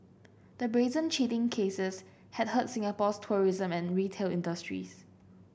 the brazen cheating cases had hurt Singapore's tourism and retail industries